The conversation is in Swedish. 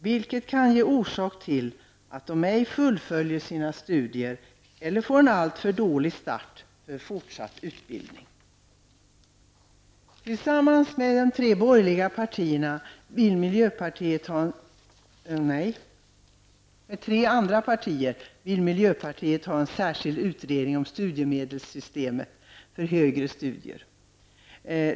Det kan vara orsaken till att en del ej fullföljer sina studier eller till att utgångsläget för fortsatt utbildning blir alltför dåligt. Vi i miljöpartiet vill i likhet med moderaterna, centerpartiet och vänsterpartiet ha en särskild utredning om studiemedelssystemet för högre studier.